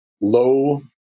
low